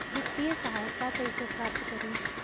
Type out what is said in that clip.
वित्तीय सहायता कइसे प्राप्त करी?